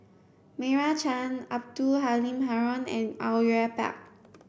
Meira Chand Abdul Halim Haron and Au Yue Pak